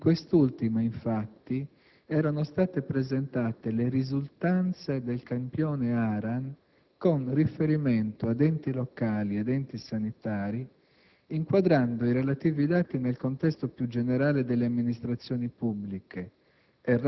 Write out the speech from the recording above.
In quest'ultimo erano state infatti presentate le risultanze del campione ARAN con riferimento ad enti locali ed enti sanitari, inquadrando i relativi dati nel contesto più generale delle amministrazioni pubbliche